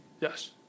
Yes